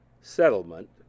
settlement